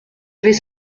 vais